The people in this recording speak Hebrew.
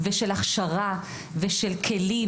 הכשרתי ונושא של כלים.